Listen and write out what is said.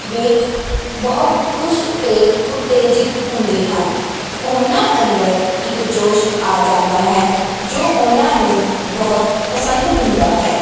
ਵੇਖ ਬਹੁਤ ਖੁਸ਼ ਅਤੇ ਉਤੇਜਿਤ ਹੁੰਦੇ ਹਨ ਉਹਨਾਂ ਅੰਦਰ ਇੱਕ ਜੋਸ਼ ਆ ਜਾਂਦਾ ਹੈ ਜੋ ਉਹਨਾਂ ਨੂੰ ਬਹੁਤ ਪਸੰਦ ਹੁੰਦਾ ਹੈ